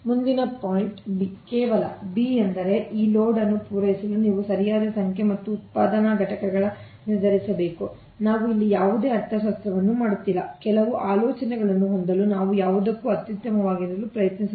ಮುಂದಿನ point B ಕೇವಲ B ಎಂದರೆ ಈ ಲೋಡ್ ಅನ್ನು ಪೂರೈಸಲು ನೀವು ಸರಿಯಾದ ಸಂಖ್ಯೆ ಮತ್ತು ಉತ್ಪಾದನಾ ಘಟಕಗಳ ಗಾತ್ರವನ್ನು ನಿರ್ಧರಿಸಬೇಕು ನಾವು ಇಲ್ಲಿ ಯಾವುದೇ ಅರ್ಥಶಾಸ್ತ್ರವನ್ನು ಮಾಡುತ್ತಿಲ್ಲ ಕೆಲವು ಆಲೋಚನೆಗಳನ್ನು ಹೊಂದಲು ನಾವು ಯಾವುದನ್ನೂ ಅತ್ಯುತ್ತಮವಾಗಿಸಲು ಪ್ರಯತ್ನಿಸುತ್ತಿಲ್ಲ